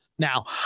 Now